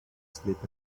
sleep